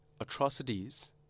atrocities